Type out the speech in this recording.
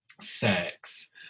sex